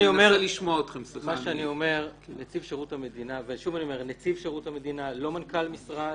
נציב שירות המדינה לא מנכ"ל משרד,